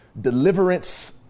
deliverance